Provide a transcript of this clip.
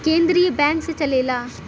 केन्द्रीय बैंक से चलेला